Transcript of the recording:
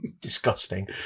disgusting